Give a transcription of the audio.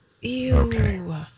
okay